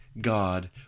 God